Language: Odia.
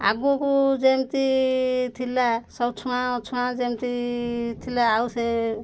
ଆଗକୁ ଯେମିତି ଥିଲା ସବୁ ଛୁଆଁ ଅଛୁଆଁ ଯେମିତି ଥିଲା ଆଉ ସେ